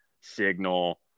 signal